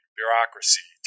bureaucracy